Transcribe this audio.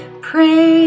Praise